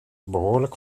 behoorlijk